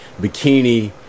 bikini